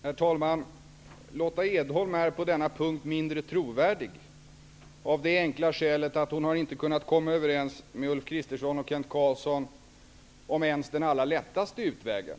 Herr talman! Lotta Edholm är på denna punkt mindre trovärdig av det enkla skälet att hon inte har kunnat komma överens med Ulf Kristersson och Kent Carlsson om ens den allra lättaste utvägen.